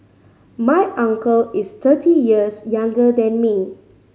my uncle is thirty years younger than me